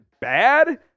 bad